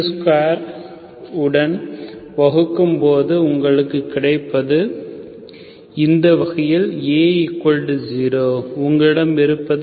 x2உடன் வகுக்கும்போது உங்களுக்கு கிடைப்பது இந்த வகையில் A0 உங்களிடம் இருப்பது